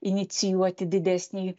inicijuoti didesnį